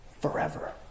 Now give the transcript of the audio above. forever